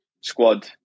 squad